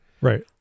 Right